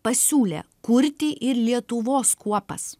pasiūlė kurti ir lietuvos kuopas